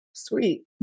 sweet